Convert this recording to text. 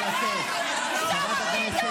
חבר הכנסת יוראי להב, נא לצאת.